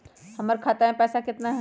हमर खाता मे पैसा केतना है?